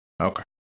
Okay